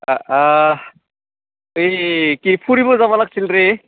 এই কি ফুৰিব যাবা লাগছিল ৰে